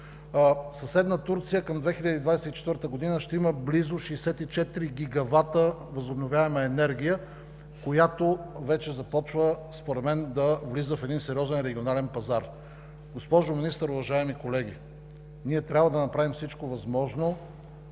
съседна Турция към 2024 г. ще има близо 64 гигавата възобновяема енергия, която вече започва според мен да влиза в един сериозен регионален пазар. Госпожо Министър, уважаеми колеги, ние трябва да направим всичко възможно